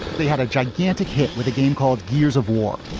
they had a gigantic hit with a game called years of war